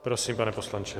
Prosím, pane poslanče.